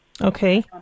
Okay